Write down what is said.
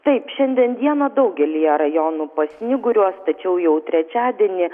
taip šiandien dieną daugelyje rajonų pasnyguriuos tačiau jau trečiadienį